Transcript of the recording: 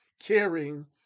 caring